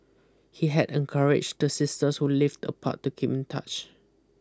he had encouraged the sisters who lived apart to keep in touch